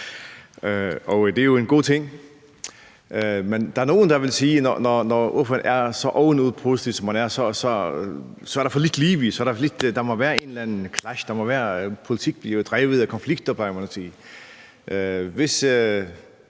Det er jo en god ting. Men der er nogle, der ville sige, at når ordføreren er så ovenud positiv, som han er, så er der for lidt liv i det. Der må være et eller andet clash; politik bliver drevet af konflikter, plejer man at sige.